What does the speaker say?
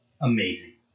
amazing